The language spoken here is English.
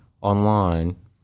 online